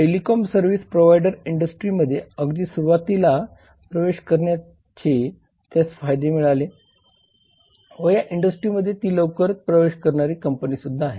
telecom service provider इंडस्ट्रीमध्ये अगदी सुरुवातीला प्रवेश करण्याचे त्यास फायदे मिळाले आहे व या इंडस्ट्रीमध्ये ती लवकर प्रवेश करणारी कंपनीसुद्धा आहे